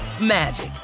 magic